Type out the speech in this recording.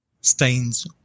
stains